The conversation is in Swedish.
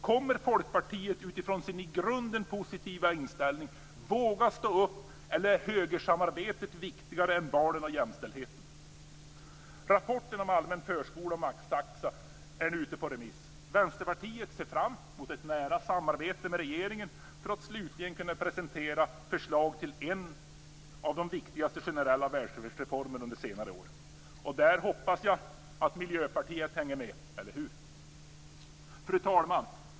Kommer Folkpartiet utifrån sin i grunden positiva inställning att våga stå upp, eller är högersamarbetet viktigare än barnen och jämställdheten? Rapporten om allmän förskola och maxtaxa är nu ute på remiss. Vänsterpartiet ser fram emot ett nära samarbete med regeringen för att slutligen kunna presentera förslag till en av de viktigaste generella välfärdsreformerna under senare år. Där hoppas jag att Miljöpartiet hänger med, eller hur? Fru talman!